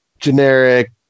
generic